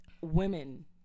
Women